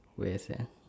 where sia